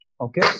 Okay